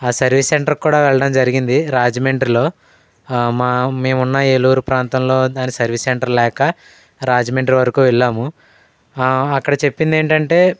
ఆ service centre కూడా వెళ్ళడం జరిగింది రాజమండ్రిలో మా మేము ఉన్న ఏలూరు ప్రాంతంలో దాని సర్వీస్ సెంటర్ లేక రాజమండ్రి వరకు వెళ్ళాము అక్కడ చెప్పింది ఏంటంటే